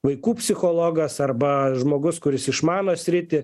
vaikų psichologas arba žmogus kuris išmano sritį